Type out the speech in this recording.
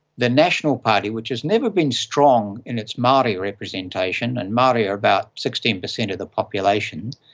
the national party, which has never been strong in its maori representation, and maori are about sixteen percent of the population,